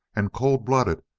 and cold-blooded,